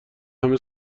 همه